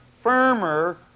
firmer